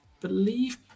believe